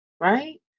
right